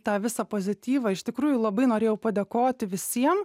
tą visą pozityvą iš tikrųjų labai norėjau padėkoti visiem